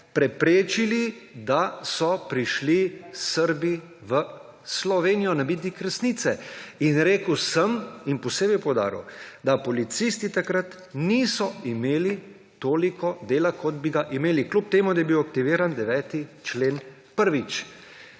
preprečili, da so prišli Srbi v Slovenijo na miting resnice. In rekel sem in posebej poudaril, da policisti takrat niso imeli toliko dela, kot bi ga imeli, kljub temu da je bil aktiviran 9. člen prvič.